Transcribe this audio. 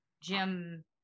jim